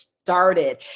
started